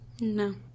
No